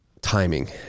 timing